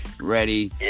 ready